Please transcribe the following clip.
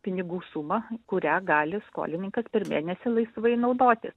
pinigų sumą kurią gali skolininkas per mėnesį laisvai naudoti